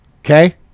Okay